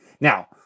Now